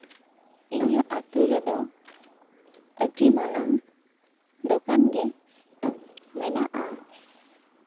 ᱤᱧᱟᱹᱜ ᱟᱛᱳ ᱨᱮᱫᱚ ᱟᱹᱰᱤ ᱢᱟᱨᱟᱝ ᱫᱚᱠᱟᱱᱜᱮ ᱢᱮᱱᱟᱜᱼᱟ